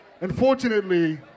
Unfortunately